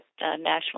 National